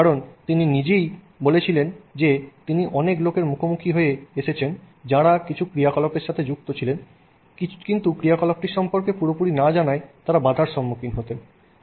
কারণ তিনি নিজেই বলেছিলেন যে তিনি অনেক লোকের মুখোমুখি হয়ে এসেছেন যাঁরা কিছু ক্রিয়াকলাপের সাথে যুক্ত ছিলেন কিন্তু ক্রিয়াকলাপটির সম্পর্কে পুরোপুরি না জানায় তারা বাধার সম্মুখীন হতেন